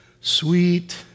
Sweet